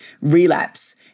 relapse